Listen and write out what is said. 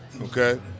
okay